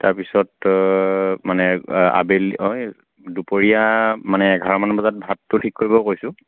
তাৰ পিছত মানে আবেলি এই দুপৰীয়া মানে এঘাৰমান বজাত ভাতটো ঠিক কৰিব কৈছোঁ